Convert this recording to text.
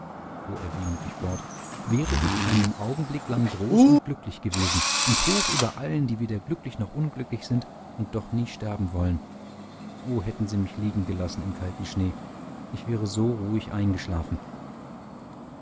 fuhr er wehmütig fort wäre ich einen augenblick lang groß und glücklich gewesen und hoch über allen die weder glücklich noch unglücklich sind und doch nie sterben wollen o hätten sie mich liegengelassen im kalten schnee ich wäre so ruhig eingeschlafen